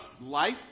life